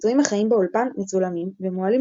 הביצועים החיים באולפן מצולמים ומועלים